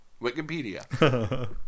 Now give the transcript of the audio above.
wikipedia